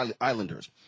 Islanders